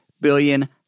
billion